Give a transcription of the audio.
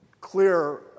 clear